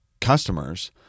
customers